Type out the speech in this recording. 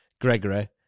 Gregory